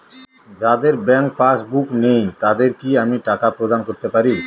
যাদের bank passbook নেই তাদের কি আমি টাকা প্রদান করতে পারি?